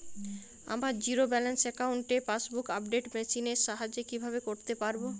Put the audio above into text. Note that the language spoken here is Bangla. আমার জিরো ব্যালেন্স অ্যাকাউন্টে পাসবুক আপডেট মেশিন এর সাহায্যে কীভাবে করতে পারব?